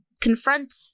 confront